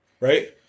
right